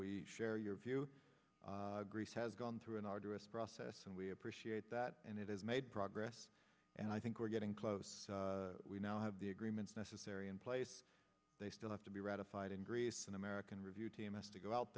we share your view greece has gone through an arduous process and we appreciate that and it has made progress and i think we're getting close we now have the agreements necessary in place they still have to be ratified in greece an american review t m s to go out